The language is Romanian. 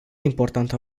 importantă